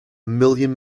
million